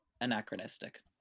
anachronistic